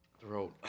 throat